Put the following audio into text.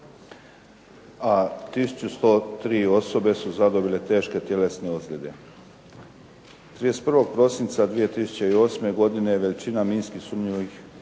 a 1103 osobe su zadobile teške tjelesne ozljede. 31. prosinca 2008. godine veličina minski sumnjivog